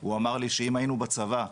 הוא אמר לי שאם היינו בצבא,